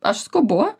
aš skubu